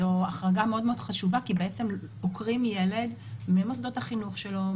זו החרגה חשובה מאוד כי בעצם עוקרים ילד ממוסדות החינוך שלו,